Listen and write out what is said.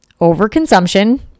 overconsumption